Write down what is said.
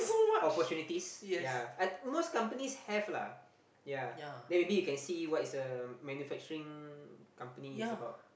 opportunities ya I think most companies have lah ya then maybe you can see what is a manufacturing company is about